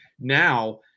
now